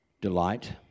delight